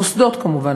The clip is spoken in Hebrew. המוסדות כמובן.